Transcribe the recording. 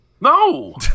no